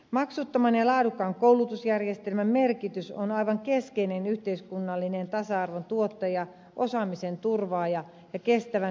maksuttoman ja laadukkaan koulutusjärjestelmän merkitys on aivan keskeinen yhteiskunnallinen tasa arvon tuottaja osaamisen turvaaja ja kestävän hyvinvointiyhteiskuntamme takaaja